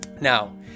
Now